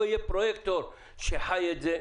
לא יהיה פרוייקטור שחי את זה,